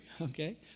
okay